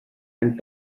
and